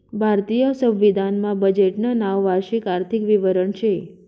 भारतीय संविधान मा बजेटनं नाव वार्षिक आर्थिक विवरण शे